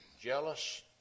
Jealous